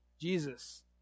Jesus